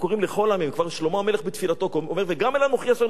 כבר שלמה המלך בתפילתו אומר: וגם אל הנוכרי אשר לא מבני ישראל המה.